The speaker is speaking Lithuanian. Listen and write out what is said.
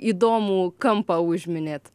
įdomų kampą užminėt